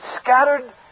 scattered